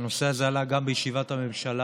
והנושא הזה עלה גם בישיבת הממשלה.